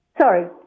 Sorry